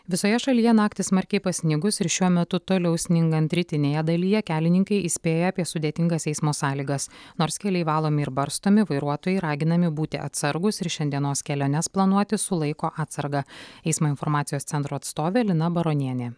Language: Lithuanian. visoje šalyje naktį smarkiai pasnigus ir šiuo metu toliau sningant rytinėje dalyje kelininkai įspėja apie sudėtingas eismo sąlygas nors keliai valomi ir barstomi vairuotojai raginami būti atsargūs ir šiandienos keliones planuoti su laiko atsarga eismo informacijos centro atstovė lina baronienė